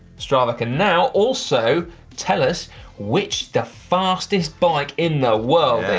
strava can now also tell us which the fastest bike in the world